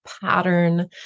pattern